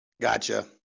Gotcha